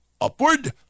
upward